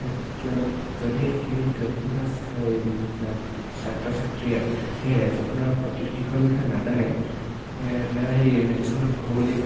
কিয়নো যদিহে সেই ব্যক্তি বা সেই ছাত্ৰ ছাত্ৰীয়ে সেই ৰাজ্যখনৰ প্ৰতিটো দিশৰ বিষয়ে নাজানে নাইবা সেই ৰাজ্যখনৰ ভৌগোলিক